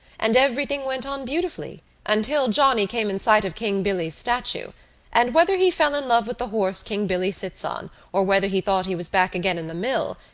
and everything went on beautifully until johnny came in sight of king billy's statue and whether he fell in love with the horse king billy sits on or whether he thought he was back again in the mill,